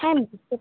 হ্যাঁ বুঝতে